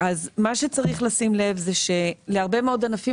אז מה שצריך לשים לב הוא שלהרבה מאוד ענפים